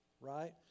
right